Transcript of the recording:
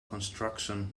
construction